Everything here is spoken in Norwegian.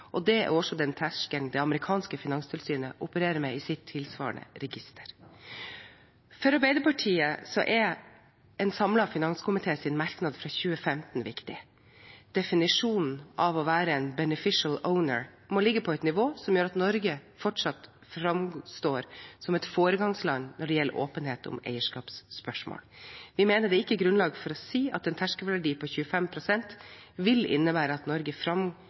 og det er også den terskelen det amerikanske finanstilsynet opererer med i sitt tilsvarende register. For Arbeiderpartiet er en samlet finanskomités merknad fra 2015 viktig: «Definisjonen av «beneficial owners» må ligge på et nivå som gjør at Norge fortsatt fremstår som et foregangsland når det gjelder åpenhet om eierskapsspørsmål.» Vi mener det ikke er grunnlag for å si at en terskelverdi på 25 pst. vil innebære at Norge